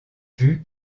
vues